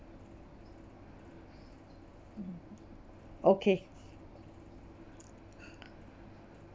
okay